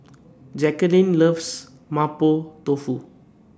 Jacqueline loves Mapo Tofu